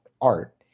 art